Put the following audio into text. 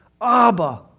Abba